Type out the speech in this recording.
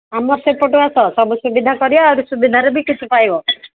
ଆମର ସେପଟୁ ଆସ ସବୁ ସୁବିଧା କରିବା ଆହୁରି ସୁବିଧାରେ ବି କିଛି ପାଇବ